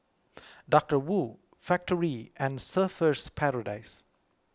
Doctor Wu Factorie and Surfer's Paradise